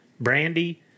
Brandy